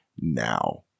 now